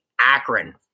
Akron